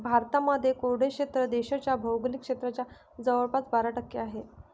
भारतामध्ये कोरडे क्षेत्र देशाच्या भौगोलिक क्षेत्राच्या जवळपास बारा टक्के आहे